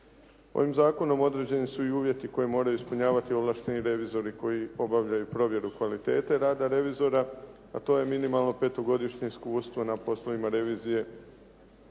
Ovim zakonom određeni su i uvjeti koje moraju ispunjavati ovlašteni revizori koji obavljaju provjeru kvalitete rada revizora, a to je minimalno petogodišnje iskustvo na poslovima revizije,